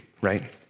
right